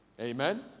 Amen